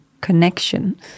connection